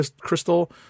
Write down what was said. Crystal